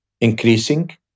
increasing